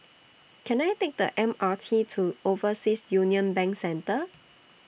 Can I Take The M R T to Overseas Union Bank Centre